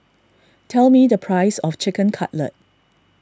tell me the price of Chicken Cutlet